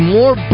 more